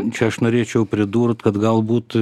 čia aš norėčiau pridurt kad galbūt